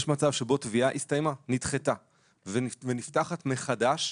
יש מצב שבו תביעה הסתיימה; נדחתה, ונפתחת מחדש.